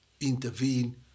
intervene